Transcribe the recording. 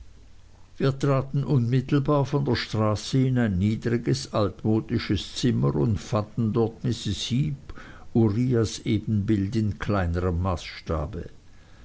wir traten unmittelbar von der straße in ein niedriges altmodisches zimmer und fanden dort mrs heep uriahs ebenbild in kleinerem maßstabe